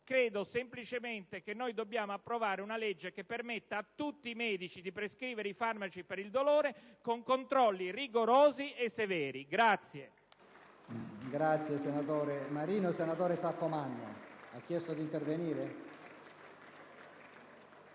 medico. Semplicemente, noi dobbiamo approvare una legge che consenta a tutti i medici di prescrivere i farmaci per il dolore con controlli rigorosi e severi.